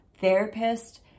therapist